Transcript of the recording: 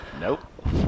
Nope